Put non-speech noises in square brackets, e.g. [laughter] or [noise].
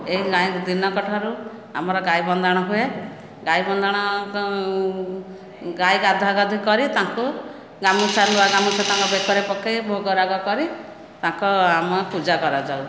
ଏହି [unintelligible] ଦିନକ ଠାରୁ ଆମର ଗାଈ ବନ୍ଦାଣ ହୁଏ ଗାଈ ବନ୍ଦାଣ ଗାଈ ଗାଧୁଆ ଗାଧି କରି ତାଙ୍କୁ ଗାମୁଛା ନୂଆ ଗାମୁଛା ତାଙ୍କ ବେକରେ ପକାଇ ଭୋଗରାଗ କରି ତାଙ୍କ ଆମ ପୂଜା କରାଯାଏ